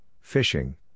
fishing